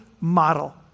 model